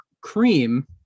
cream